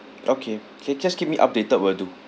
okay K just keep me updated will do